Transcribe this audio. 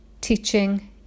teaching